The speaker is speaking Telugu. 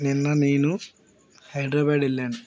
నిన్న నేను హైదరాబాదు వెళ్ళాను